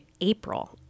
April